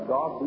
God